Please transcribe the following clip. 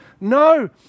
No